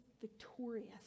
victorious